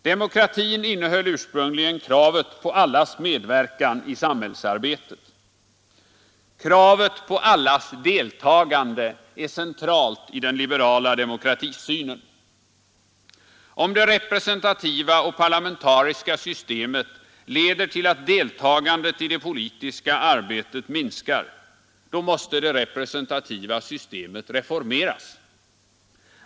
Demokratin innehöll ursprungligen kravet på allas medverkan i samhällsarbetet. Kravet på allas deltagande är centralt i den liberala demokratisynen. Om det representativa och parlamentariska systemet leder till att deltagandet i det politiska arbetet minskar, då måste det representativa systemet reformeras.